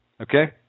okay